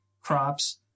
crops